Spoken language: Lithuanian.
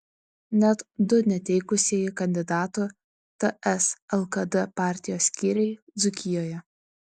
net du neteikusieji kandidatų ts lkd partijos skyriai dzūkijoje